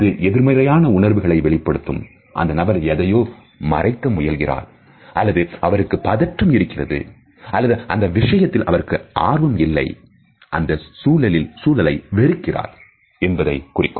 இது எதிர்மறையான உணர்வுகளை வெளிப்படுத்தும் அந்த நபர் எதையோ மறைக்க முயல்கிறார் அல்லது அவருக்கு பதற்றம் இருக்கிறது அல்லது அந்த விஷயத்தில் அவருக்கு ஆர்வம் இல்லை அந்த சூழலில் வெறுக்கிறார் என்பதை குறிக்கும்